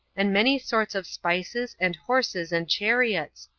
and many sorts of spices, and horses, and chariots,